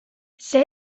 see